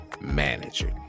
manager